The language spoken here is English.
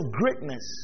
greatness